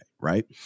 Right